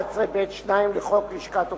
ו-11(ב)(2) לחוק לשכת עורכי-הדין.